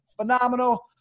phenomenal